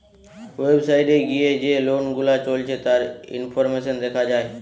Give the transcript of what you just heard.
website এ গিয়ে যে লোন গুলা চলছে তার ইনফরমেশন দেখা যায়